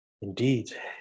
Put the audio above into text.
Indeed